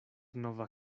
nova